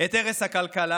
את הרס הכלכלה,